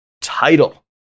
title